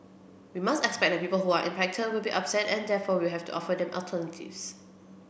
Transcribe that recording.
we must expect that people who are impacted will be upset and therefore we have to offer them alternatives